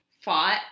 fought